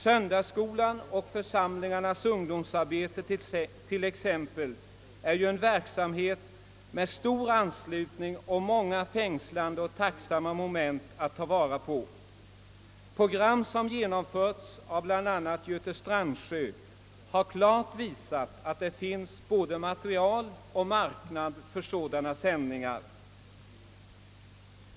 Söndagsskolan och församlingarnas ungdomsarbete är t.ex. verksamheter med stor anslutning och många fängslande och tacksamma moment att ta vara på. Program som genomförts av bl.a. Göte Strandsjö har klart visat att det finns både material och marknad för sådana sändningar.